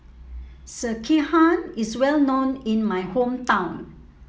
Sekihan is well known in my hometown